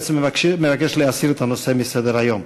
בעצם מבקש להסיר את הנושא מסדר-היום.